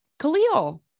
khalil